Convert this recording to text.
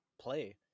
play